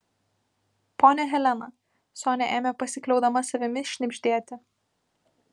ponia helena sonia ėmė pasikliaudama savimi šnibždėti